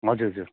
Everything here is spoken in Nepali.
हजुर हजुर